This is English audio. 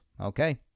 Okay